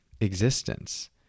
existence